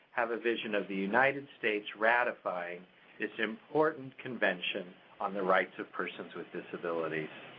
have a vision of the united states ratifying this important convention on the rights of persons with disabilities.